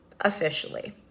officially